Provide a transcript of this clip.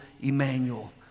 Emmanuel